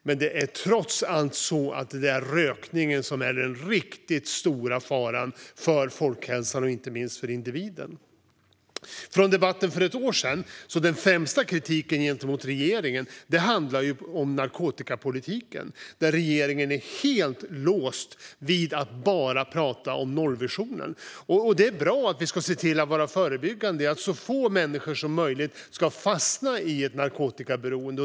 Men det är trots allt rökningen som är den riktigt stora faran för folkhälsan och inte minst för individen. I debatten för ett år sedan handlade den främsta kritiken gentemot regeringen om narkotikapolitiken. Där är regeringen helt låst vid att bara prata om nollvisionen. Det är bra att vi ska se till att arbeta förebyggande och att så få människor som möjligt ska fastna i ett narkotikaberoende.